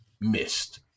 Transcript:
missed